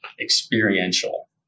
experiential